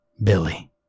Billy